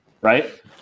right